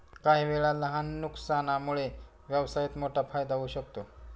काहीवेळा लहान नुकसानामुळे व्यवसायात मोठा फायदा होऊ शकतो